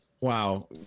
Wow